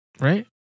Right